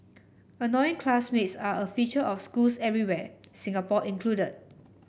annoying classmates are a feature of schools everywhere Singapore included